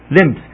limbs